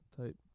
type